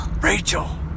Rachel